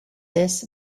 this